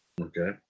Okay